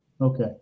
Okay